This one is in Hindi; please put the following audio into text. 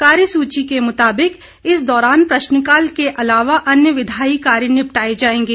कार्यसूची के मुताबिक इस दौरान प्रश्नकाल के अलावा अन्य विधायी कार्य निपटाए जाएंगे